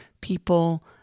people